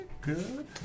good